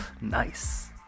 Nice